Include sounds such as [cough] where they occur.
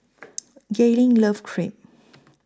[noise] Gaylene loves Crepe